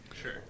sure